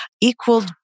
equal